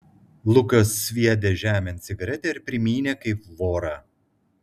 lukas sviedė žemėn cigaretę ir primynė kaip vorą